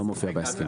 לא מופיע בהסכם.